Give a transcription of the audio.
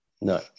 No